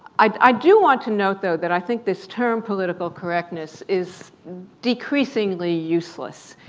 i do want to note, though, that i think this term political correctness is decreasingly useless.